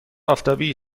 آفتابی